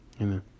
Amen